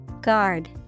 Guard